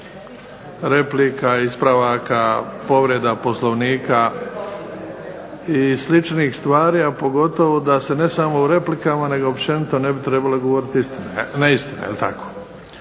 replika, ispravaka, povreda Poslovnika i sličnih stvari a pogotovo ne samo u replikama nego općenito ne bi trebale govoriti neistine.